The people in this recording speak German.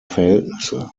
verhältnisse